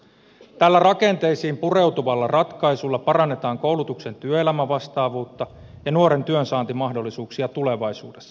tällä rakenteisiin pureutuvalla ratkaisulla parannetaan koulutuksen työelämävastaavuutta ja nuoren työnsaantimahdollisuuksia tulevaisuudessa